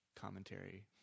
Commentary